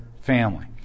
family